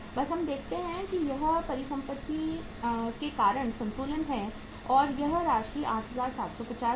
बस हम देखते हैं कि यह परिसंपत्ति के कारण संतुलन है यह राशि 8750 तक देयता से अधिक है